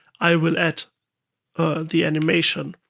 i will add the animation.